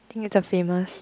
think it's a famous